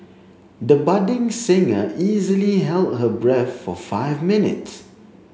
the budding singer easily held her breath for five minutes